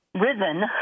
risen